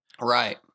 Right